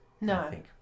No